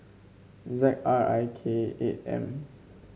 Z R I K eight M